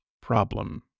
problem